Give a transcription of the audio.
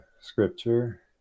Scripture